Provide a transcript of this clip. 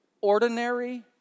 ordinary